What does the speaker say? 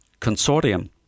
consortium